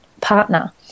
partner